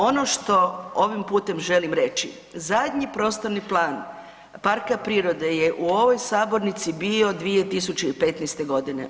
Ono što ovim putem želim reći, zadnji prostorni plan parka prirode je u ovoj sabornici bio 2015. godine.